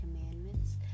Commandments